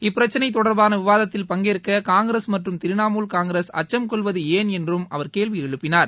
இப்பிரச்சினை தொடர்பான விவாதத்தில் பங்கேற்க காங்கிரஸ் மற்றும் திரிணாமுல் காங்கிரஸ் அச்சம் கொள்வது ஏன் என்றும் அவர் கேள்வி எழுப்பினார்